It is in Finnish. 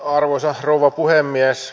arvoisa rouva puhemies